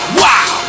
wow